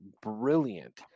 brilliant